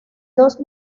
dos